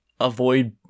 avoid